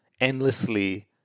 endlessly